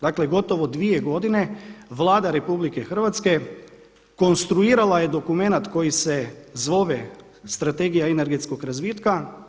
Dakle, gotovo dvije godine Vlada RH konstruirala je dokumenat koji se zove Strategija energetskog razvitka.